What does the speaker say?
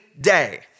day